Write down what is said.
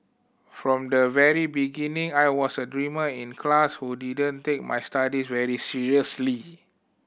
from the very beginning I was a dreamer in class who didn't take my studies very seriously